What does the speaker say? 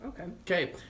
Okay